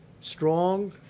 strong